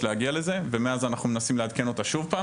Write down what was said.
היא הייתה מסבירה לך שבנושא של ספורט,